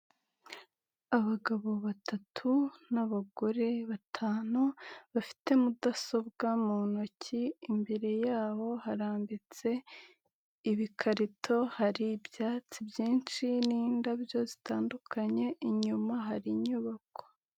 Abagabo batatu n'abagore batanu bafite mudasobwa mu ntoki, imbere yabo harambitse ibikarito hari ibyatsi byinshi n'indabyo zitandukanye inyuma hari inyubako.